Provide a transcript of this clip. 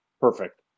Perfect